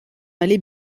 allait